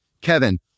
Kevin